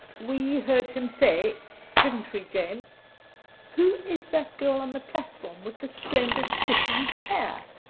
we heard him say didn't we, jane who is that girl on the platform with the splendid titian hair?